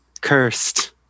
cursed